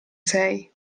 sei